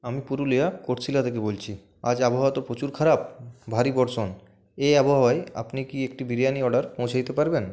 আমি পুরুলিয়া কোটশিলা থেকে বলছি আজ আবহাওয়া তো প্রচুর খারাপ ভারী বর্ষণ এই আবহাওয়ায় আপনি কি একটি বিরিয়ানির অর্ডার পৌঁছে দিতে পারবেন